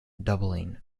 doubling